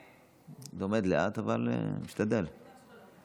נתניהו, אני מזכירה, הבטיח במסע